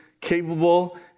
capable